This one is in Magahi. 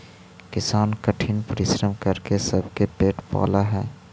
किसान कठिन परिश्रम करके सबके पेट पालऽ हइ